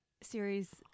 series